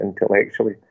intellectually